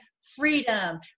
freedom